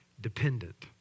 dependent